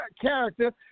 character